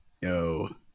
yo